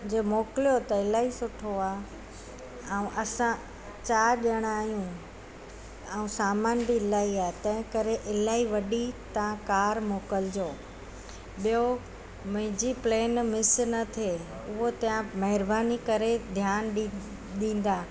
जे मोकिलियो त इलाही सुठो आहे ऐं असां चारि ॼणा आहियूं ऐं सामान बि इलाही आहे तंहिं करे इलाही वॾी तव्हां कार मोकिलिजो ॿियो मुंहिंजी प्लेन मिस न थिए उहो तव्हां महिरबानी करे ध्यानु ॾी ॾींदा